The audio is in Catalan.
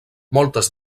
moltes